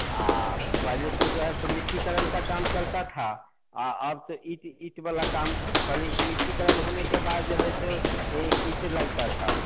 अब पहले तो जो है सो मिट्टी कलन का काम चलता था अब तो ईंट ईंट वाला काम पहले मिट्टी कलन होने के बाद जो है सो यह ईंट लगता था